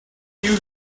knew